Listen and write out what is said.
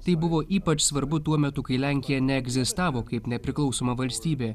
tai buvo ypač svarbu tuo metu kai lenkija neegzistavo kaip nepriklausoma valstybė